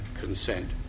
consent